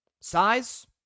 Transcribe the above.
Size